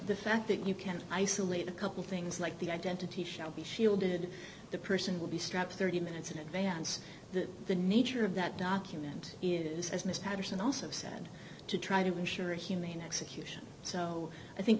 the fact that you can't isolate a couple things like the identity shall be shielded the person will be strapped thirty minutes in advance to the nature of that document is as miss patterson also said to try to ensure a humane execution so i think